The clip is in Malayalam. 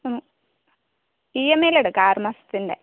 ആ ഇ എം ഐ ലെടുക്കാം ആറ് മാസത്തിൻ്റെ